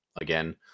Again